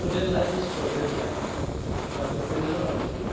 student life is golden life होमबा दा प्रेजेन्टआव नाहरदो